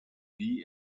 wie